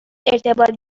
ارتباط